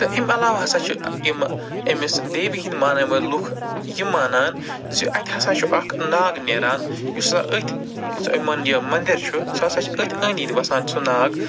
تہٕ أمۍ علاوٕ ہسا چھِ یِمہٕ أمِس دیوی ۂنٛدۍ مانَن وٲلۍ لُکھ یہِ مانان زِ اَتہِ ہسا چھُ اَکھ ناگ نٮ۪ران یُس ہسا أتھٕے یِمَن یہِ مندِر چھُ سُہ ہسا چھِ أتھٕے أندۍ أندۍ وَسان سُہ ناگ